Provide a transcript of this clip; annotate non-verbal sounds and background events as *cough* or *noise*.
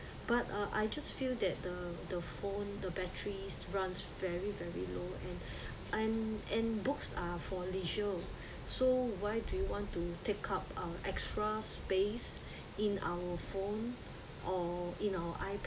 but uh I just feel that the the phone the batteries runs very very low and *breath* and and books are for leisure so why do you want to take up our extra space in our phone or you know